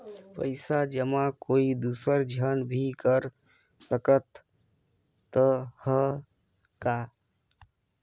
पइसा जमा कोई दुसर झन भी कर सकत त ह का?